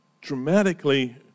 dramatically